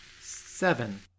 Seven